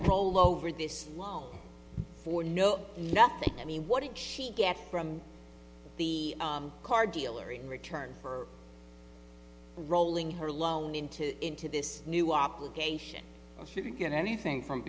roll over this loan for no nothing i mean what did she get from the car dealer in return for rolling her loan into into this new obligation to get anything from